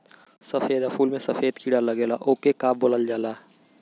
सब्ज़ी या फुल में सफेद कीड़ा लगेला ओके का बोलल जाला?